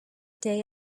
day